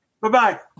Bye-bye